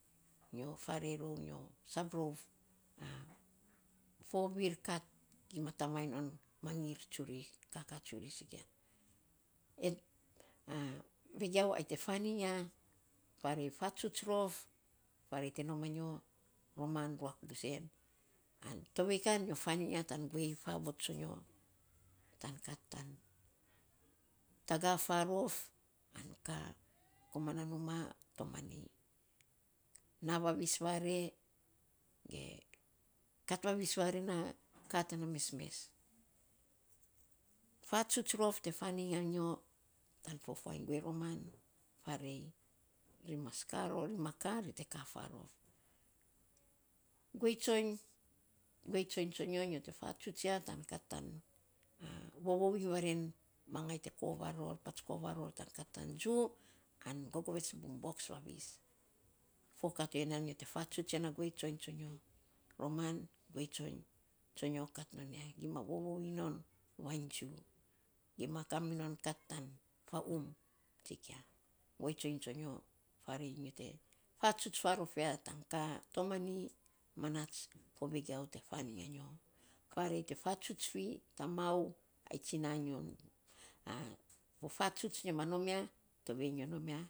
Nyo farei rou nyo sab for vir kat gima tamainy on mangir tsuri, kaka tsuri sikia vigiau ai te fainy ya farei fatsuts rof, farei te nom anyo roman ruak bus en, an tovei nyo faan iny ya tan guei favot tso nyo tan kat tan taga farof an ka komana num tomani. Na vavis vare ae vavis mesmes kat vavis vare na kat tana mesmes, fatsuts rof te fainy anyo tan fo fuainy guei roman farei ri mas ka ror, ri ma ka ri te ka farof. Guei tsoiny, guei tsoiny tsonyo, nyo te fatsuts ya tan kat tan vovou iny vare mangai te kovar ror pats kovar ror tan kat tan jiu, an gogovets bumbox vavis. Fo kat to ya nan nyo te fatsuts ya na guei tsonyo. Roman guei tsoiny tsonyo kat non ya. Gima vovou iny non vainy jiu, gima ka minon kat tan faum sikia. Guei tsoiny tsonyo farei nyo te fatsuts farof ya tan ka tomani, manats fo vegiau te fainy a nyo, farei te fatsuts fi tamau a tsina nyo fatsuts nyo ma nom ya torei nyo.